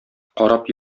карап